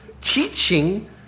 teaching